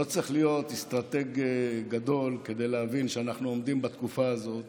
לא צריך להיות אסטרטג גדול כדי להבין שאנחנו עומדים בתקופה הזאת